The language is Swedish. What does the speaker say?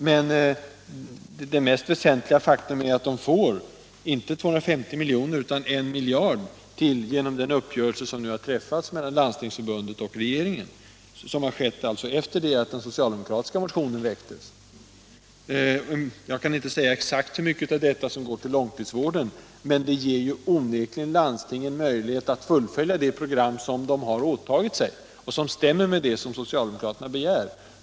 Den mest väsentliga faktorn är dock att de får, inte 250 milj.kr., utan en miljard kronor till genom den uppgörelse som träffats mellan Landstingsförbundet och regeringen. Detta har alltså skett efter det att den socialdemokratiska motionen väcktes. Jag kan inte exakt säga hur mycket av detta belopp som går till långtidsvården, men det ger onekligen landstingen möjlighet att fullfölja det program som de har åtagit sig och som överensstämmer med det som socialdemokraterna begär.